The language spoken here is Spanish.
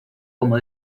como